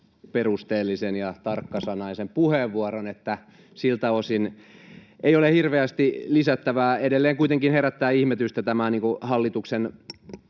perusteellisen ja tarkkasanaisen puheenvuoron, että siltä osin ei ole hirveästi lisättävää. Edelleen kuitenkin herättää ihmetystä tämä hallituksen